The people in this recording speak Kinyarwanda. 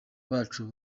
bacu